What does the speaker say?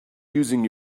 using